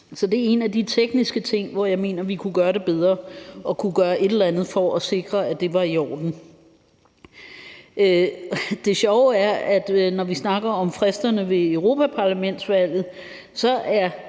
Så det er en af de tekniske ting, som jeg mener vi kunne gøre bedre og kunne gøre et eller andet for at sikre, at det var i orden. Det sjove er, at hvis vi snakker om fristerne ved europaparlamentsvalg, bliver